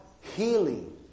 healing